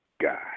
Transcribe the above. guy